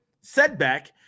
setback